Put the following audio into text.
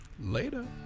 Later